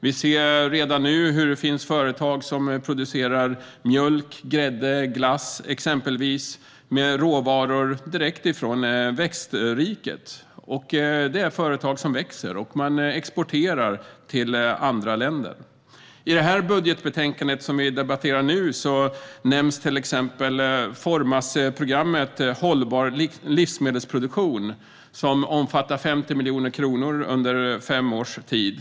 Vi ser redan nu att det finns företag som producerar exempelvis mjölk, grädde och glass med råvaror direkt från växt-riket. Det är företag som växer, och man exporterar till andra länder. I det budgetbetänkande som vi nu debatterar nämns till exempel Formasprogrammet Hållbar livsmedelsproduktion, som omfattar 50 miljoner kronor under fem års tid.